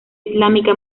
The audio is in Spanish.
islámica